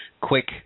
quick